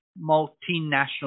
multinational